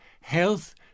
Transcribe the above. health